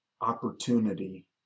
opportunity